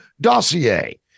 dossier